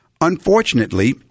Unfortunately